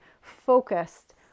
focused